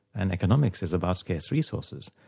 and economics is about scarce resources.